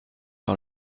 par